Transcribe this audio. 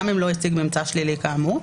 גם אם לא הציג ממצא שלילי כאמור,